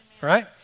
right